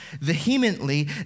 vehemently